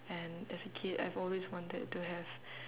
and as a kid I've always wanted to have